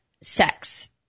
sex